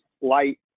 light